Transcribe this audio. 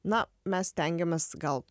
na mes stengiamės gal